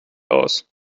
aus